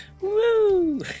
Woo